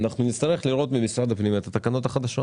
אנחנו נצטרך לראות במשרד הפנים את התקנות החדשות